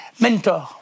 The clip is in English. mentor